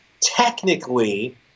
Technically